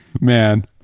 Man